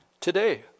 today